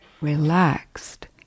relaxed